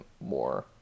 more